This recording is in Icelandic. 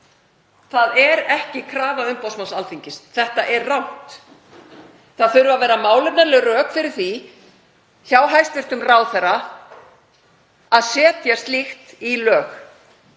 Það er ekki krafa umboðsmanns Alþingis. Þetta er rangt. Það þurfa að vera málefnaleg rök fyrir því hjá hæstv. ráðherra að setja slíkt í lög.